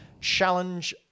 challenge